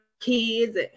kids